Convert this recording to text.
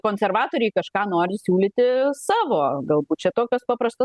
konservatoriai kažką nori siūlyti savo galbūt čia tokios paprasto